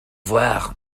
voir